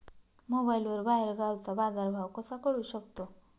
मोबाईलवर बाहेरगावचा बाजारभाव कसा कळू शकतो?